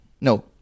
No